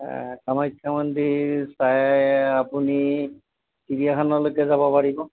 কামাখ্যা মন্দিৰ চাই আপুনি চিৰিয়াখানালৈকে যাব পাৰিব